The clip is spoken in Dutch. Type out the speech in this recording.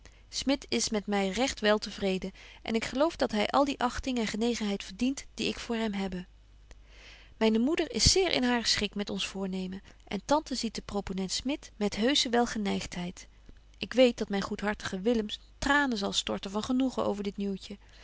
smit is met my recht wel te vreden en ik geloof dat hy al die achting en genegenheid verdient die ik voor hem hebbe myne moeder is zeer in haar schik met ons voornemen en tante ziet den proponent smit met heusche welgeneigtheid ik weet dat myn goedhartige willem tranen zal storten van genoegen over dit nieuwtje